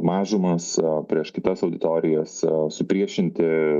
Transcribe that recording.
mažumas prieš kitas auditorijas supriešinti